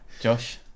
Josh